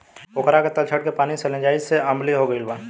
पोखरा के तलछट के पानी सैलिनाइज़ेशन से अम्लीय हो गईल बा